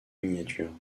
miniatures